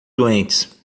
doentes